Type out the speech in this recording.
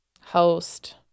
host